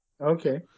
Okay